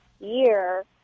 year